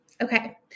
Okay